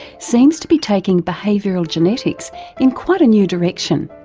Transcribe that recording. seems to be taking behavioural genetics in quite a new direction.